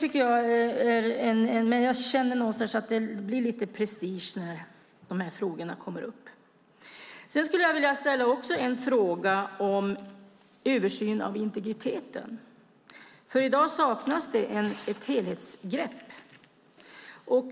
Men jag känner någonstans att det blir lite prestige när de här frågorna kommer upp. Sedan skulle jag vilja ställa en fråga om översyn av integriteten, för i dag saknas det ett helhetsgrepp.